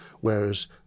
whereas